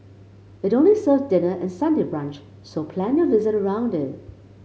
it only serves dinner and Sunday brunch so plan your visit around it